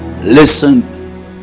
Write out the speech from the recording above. listen